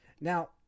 Now